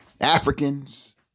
Africans